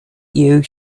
you